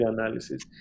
analysis